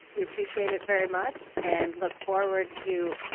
we appreciate it very much and look forward to